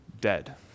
dead